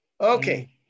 Okay